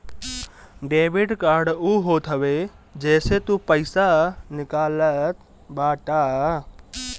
debit card उ होत हवे जेसे तू पईसा निकालत बाटअ